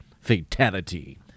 fatality